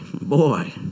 boy